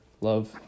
Love